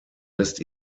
lässt